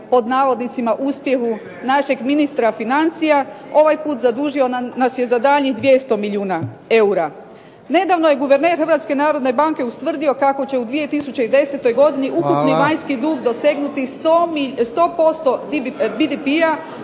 pod navodnicima uspjehu našeg ministra financija. Ovaj put zadužio nas je za daljnjih 200 milijuna eura. Nedavno je guverner Hrvatske narodne banke ustvrdio kako će u 2010. godini ukupni vanjski dug... **Bebić,